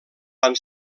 van